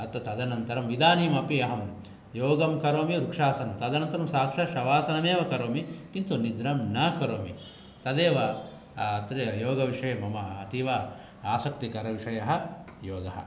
तदनन्तरम् इदानीमपि अहं योगंकरोमि वृक्षासनं तदनन्तरं साक्षात् शवासनम् एव करोमि किन्तु निद्रां न करोमि तदेव योगविषये मम अतीव आसक्तिकरः विषयः योगः